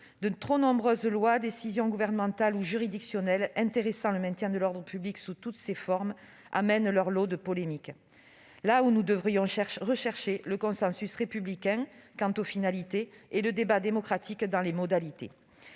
De trop nombreuses lois, décisions gouvernementales ou juridictionnelles intéressant le maintien de l'ordre public sous toutes ses formes amènent leur lot de polémiques, là où nous devrions rechercher le consensus républicain quant aux finalités et le débat démocratique dans les modalités.